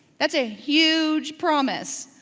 that's a huge promise,